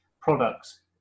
products